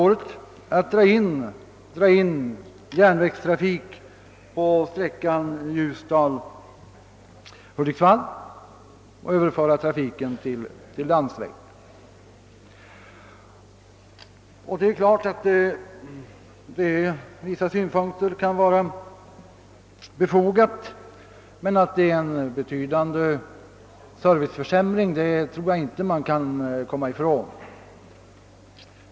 Det är klart att detta från vissa synpunkter kan vara befogat, men att det är en betydande serviceförsämring tror jag inte att man kan komma ifrån.